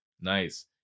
Nice